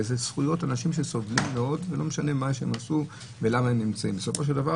וזה זכויות אנשים שסובלים מאוד ולא משנה מה הם עשו ולמה הם נמצאים בכלא.